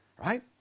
right